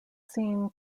seen